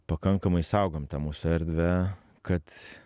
pakankamai saugom tą mūsų erdvę kad